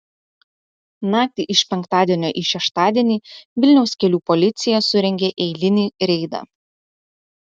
naktį iš penktadienio į šeštadienį vilniaus kelių policija surengė eilinį reidą